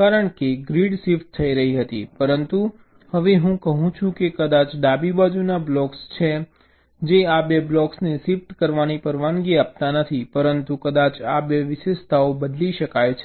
કારણ કે grid shift થઈ રહી હતી પરંતુ હવે હું કહું છું કે કદાચ ડાબી બાજુના બ્લોક્સ છે જે આ 2 બ્લોક્સને શિફ્ટ કરવાની પરવાનગી આપતા નથી પરંતુ કદાચ આ 2 વિશેષતાઓ બદલી શકાય છે